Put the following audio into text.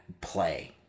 play